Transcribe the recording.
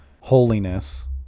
holiness